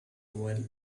oil